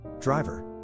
Driver